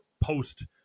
post